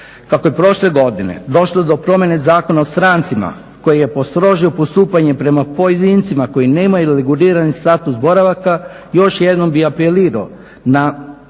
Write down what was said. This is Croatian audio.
Kako je prošle godine došlo do promjene Zakona o strancima koji je postrožio postupanje prema pojedincima koji nemaju reguliran status boravka još jednom bi apelirao na